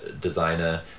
designer